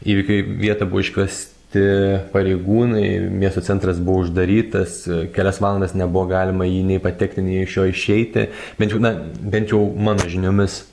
įvykio vietą buvo iškviesti pareigūnai miesto centras buvo uždarytas kelias valandas nebuvo galima į jį nei patekti nei iš jo išeiti bent jau na bent jau mano žiniomis